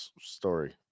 story